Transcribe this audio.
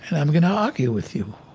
and i'm going to argue with you